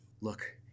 Look